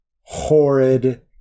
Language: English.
horrid